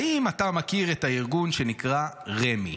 האם אתה מכיר את הארגון שנקרא רמ"י?